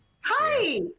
Hi